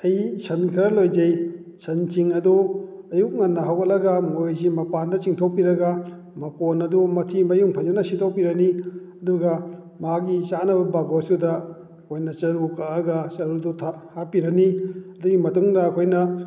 ꯑꯩ ꯁꯟ ꯈꯔ ꯂꯣꯏꯖꯩ ꯁꯟꯁꯤꯡ ꯑꯗꯨ ꯑꯌꯨꯛ ꯉꯟꯅ ꯍꯧꯒꯠꯂꯒ ꯃꯣꯏꯁꯤ ꯃꯄꯥꯟꯗ ꯆꯤꯡꯊꯣꯛꯄꯤꯔꯒ ꯃꯀꯣꯟ ꯑꯗꯨ ꯃꯊꯤ ꯃꯌꯨꯡ ꯐꯖꯅ ꯁꯤꯠꯇꯣꯛꯄꯤꯔꯅꯤ ꯑꯗꯨꯒ ꯃꯥꯒꯤ ꯆꯥꯅꯕ ꯕꯒꯣꯁꯇꯨꯗ ꯑꯣꯏꯅ ꯆꯔꯨ ꯀꯛꯑꯒ ꯆꯔꯨꯗꯣ ꯍꯥꯞꯄꯤꯔꯅꯤ ꯑꯗꯨꯒꯤ ꯃꯇꯨꯡꯗ ꯑꯩꯈꯣꯏꯅ